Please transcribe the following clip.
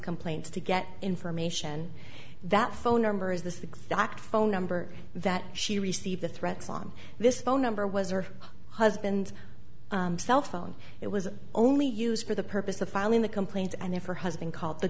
complaints to get in for mation that phone number is the exact phone number that she received the threats on this phone number was her husband cell phone it was only used for the purpose of filing the complaint and if her husband called the